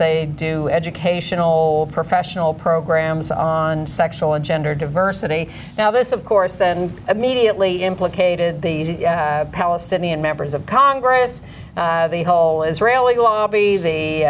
they do educational professional programs on sexual and gender diversity now this of course then immediately implicated the palestinian members of congress the whole israeli lobby the